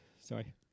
sorry